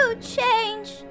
change